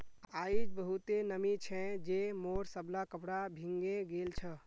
आइज बहुते नमी छै जे मोर सबला कपड़ा भींगे गेल छ